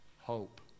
hope